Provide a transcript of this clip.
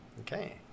Okay